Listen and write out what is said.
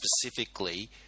specifically